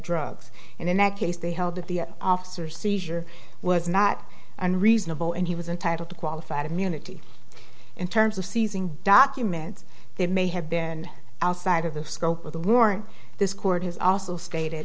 drugs and in that case they held that the officer seizure was not unreasonable and he was entitled to qualified immunity in terms of seizing documents they may have been outside of the scope of the luring this court has also stated